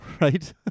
right